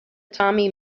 tommy